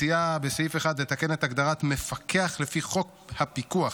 היוזמה הזו מציעה בסעיף 1 לתקן את הגדרת "מפקח לפי חוק הפיקוח